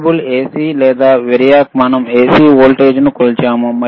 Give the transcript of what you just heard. variable AC లేదా variac మనం AC వోల్టేజ్ను కొలిచాము